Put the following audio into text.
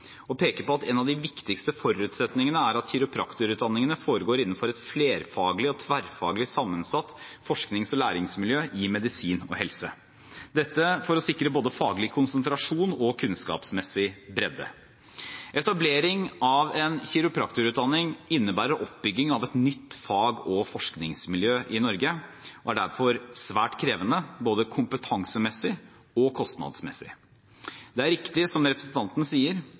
og peker på at en av de viktigste forutsetningene er at kiropraktorutdanningene foregår innenfor et flerfaglig og tverrfaglig sammensatt forsknings- og læringsmiljø i medisin og helse – dette for å sikre både faglig konsentrasjon og kunnskapsmessig bredde. Etablering av en kiropraktorutdanning innebærer oppbygging av et nytt fag- og forskningsmiljø i Norge og er derfor svært krevende, både kompetansemessig og kostnadsmessig. Det er riktig som representanten sier: